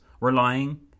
relying